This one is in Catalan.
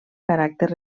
caràcter